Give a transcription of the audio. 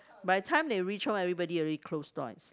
by time they reach home everybody already close door and s~